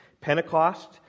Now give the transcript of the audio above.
Pentecost